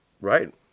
right